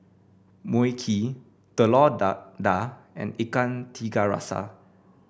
Mui Kee Telur Dadah and Ikan Tiga Rasa